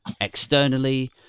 externally